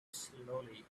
slowly